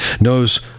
knows